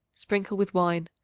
sprinkle with wine.